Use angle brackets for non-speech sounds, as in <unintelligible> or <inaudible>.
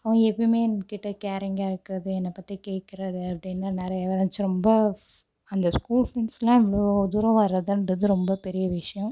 அவங்க எப்பவுமே எங்கிட்ட கேரிங்காக இருக்கறது என்னை பற்றி கேட்கறது அப்படின்னு நிறையா <unintelligible> ரொம்ப அந்த ஸ்கூல் ஃப்ரெண்ட்ஸ்லாம் இவ்வளோ தூரம் வரதுன்றது ரொம்ப பெரிய விஷயம்